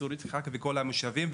צור יצחק וכל המושבים,